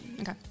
Okay